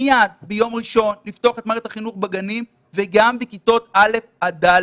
מיד ביום ראשון לפתוח את מערכת החינוך בגנים וגם בכיתות א'-ד',